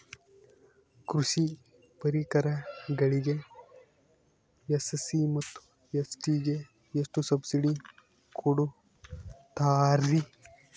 ಕೃಷಿ ಪರಿಕರಗಳಿಗೆ ಎಸ್.ಸಿ ಮತ್ತು ಎಸ್.ಟಿ ಗೆ ಎಷ್ಟು ಸಬ್ಸಿಡಿ ಕೊಡುತ್ತಾರ್ರಿ?